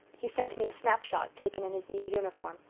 he sent me a snap-shot, taken in his new uniform.